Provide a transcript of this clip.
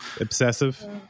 obsessive